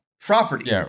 Property